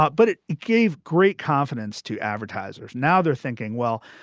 but but it gave great confidence to advertisers. now they're thinking, well,